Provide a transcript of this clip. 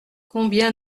combien